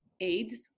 AIDS